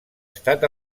estat